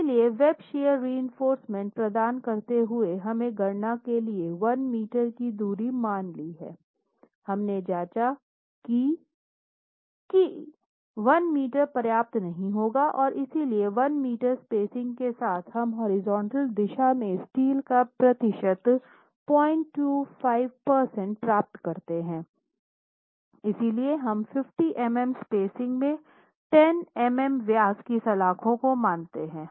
इसलिए web shear reinforcement प्रदान करते हुए हमने गणना के लिए 1 मीटर की दूरी मान ली हैं हमने जाँच की कि 1 मीटर पर्याप्त नहीं होगा और इसलिए 1 मीटर स्पेसिंग के साथ हम हॉरिजॉन्टल दिशा में स्टील का प्रतिशत 025 प्रतिशत प्राप्त करते हैं इसलिए हम 500 मिमी स्पेसिंग में 10 मिमी व्यास की सलाख़ों को मानते हैं